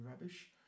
rubbish